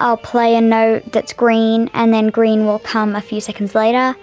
i'll play a note that's green, and then green will come a few seconds later.